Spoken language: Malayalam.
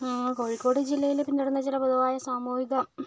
ആ കോഴിക്കോട് ജില്ലയിൽ പിന്തുടരുന്ന ചില പൊതുവായ സാമൂഹിക